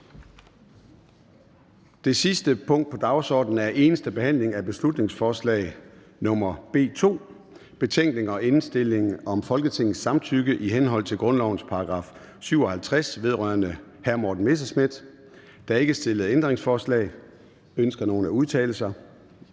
Det sidste punkt på dagsordenen er: 4) Eneste behandling af beslutningsforslag nr. B 2: Betænkning og indstilling om Folketingets samtykke i henhold til grundlovens § 57. (Vedrørende Morten Messerschmidt). Af Udvalget for Forretningsordenen.